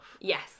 Yes